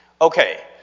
Okay